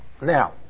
Now